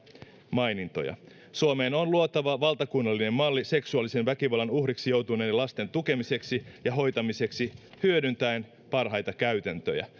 mainintoja suomeen on luotava valtakunnallinen malli seksuaalisen väkivallan uhriksi joutuneiden lasten tukemiseksi ja hoitamiseksi hyödyntäen parhaita käytäntöjä